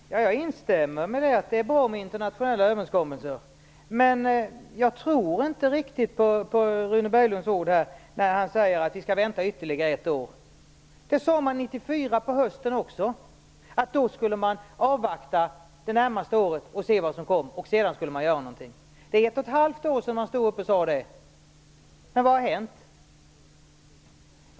Herr talman! Jag instämmer i att det är bra med internationella överenskommelser. Men jag håller inte riktigt med Rune Berglund när han säger att vi skall vänta ytterligare ett år. Det sade man hösten 1994 också. Man skulle avvakta det närmaste året och se vad som kom, och sedan skulle man göra någonting. Det är ett och ett halvt år sedan man stod upp och sade det. Men vad har hänt?